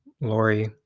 Lori